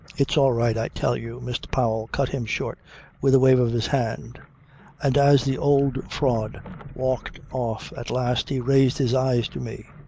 it's all right i tell you, mr. powell cut him short with a wave of his hand and, as the old fraud walked off at last, he raised his eyes to me.